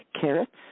carrots